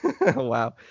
Wow